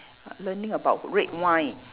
uh learning about red wine